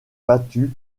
battue